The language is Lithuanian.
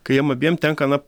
kai jiem abiem tenka na